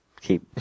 keep